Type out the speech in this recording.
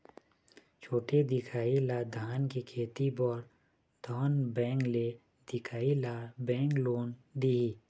छोटे दिखाही ला धान के खेती बर धन बैंक ले दिखाही ला बैंक लोन दिही?